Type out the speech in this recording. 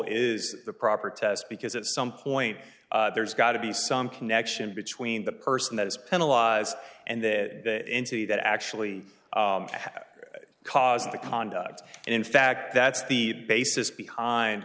is the proper test because at some point there's got to be some connection between the person that is penalize and that injury that actually caused the conduct and in fact that's the basis behind